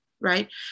right